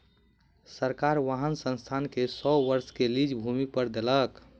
सरकार वाहन संस्थान के सौ वर्ष के लीज भूमि पर देलक